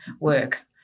work